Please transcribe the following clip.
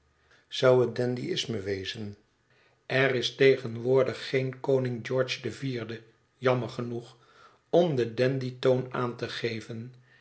zou het dandyïsmus wezen er is tegenwoordig geen koning george de vierde jammer genoeg om den dandytoon aan te geven